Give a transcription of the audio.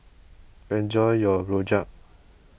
enjoy your Rojak